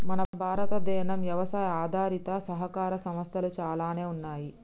మన భారతదేనం యవసాయ ఆధారిత సహకార సంస్థలు చాలానే ఉన్నయ్యి